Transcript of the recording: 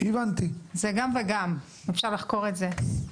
זה גם וגם, אפשר לחקור את זה.